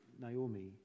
Naomi